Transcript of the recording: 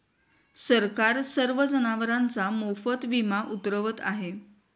सरकार सर्व जनावरांचा मोफत विमा उतरवत आहे